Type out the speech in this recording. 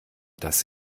das